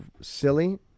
silly